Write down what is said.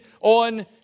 on